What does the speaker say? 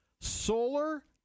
solar